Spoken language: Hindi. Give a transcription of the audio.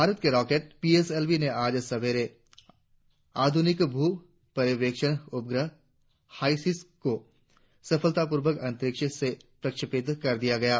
भारत के rocket P S L V ने आज सवेरे आधुनिक भू पर्यवेक्षण उपग्रह हाईसिस को सफलतापूर्वक अंतरिक्ष में प्रक्षेपित कर दिया है